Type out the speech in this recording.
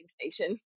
station